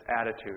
attitude